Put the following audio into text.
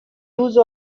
use